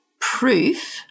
proof